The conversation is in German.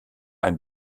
ein